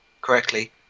correctly